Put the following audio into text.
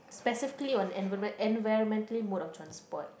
specifically on environ~ environmentally mode of transport